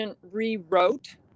rewrote